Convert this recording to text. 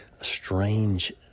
strange